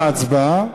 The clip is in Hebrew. ההצבעה.